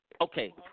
okay